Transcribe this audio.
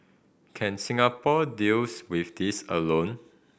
can Singapore deals with this alone